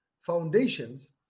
foundations